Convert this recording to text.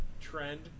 trend